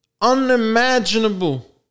unimaginable